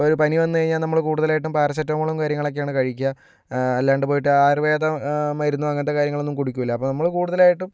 ഇപ്പം ഒരു പനി വന്നു കഴിഞ്ഞാൽ നമ്മൾ കൂടുതലായിട്ടും പാരസെറ്റാമോളും കാര്യങ്ങളൊക്കെയാണ് കഴിക്കുക അല്ലാണ്ട് പോയിട്ട് ആയുർവേദം മരുന്നോ അങ്ങനത്തെ കാര്യങ്ങളൊന്നും കുടിക്കില്ല അപ്പം നമ്മൾ കൂടുതലായിട്ടും